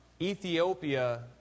Ethiopia